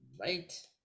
right